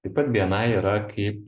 taip pat bni yra kaip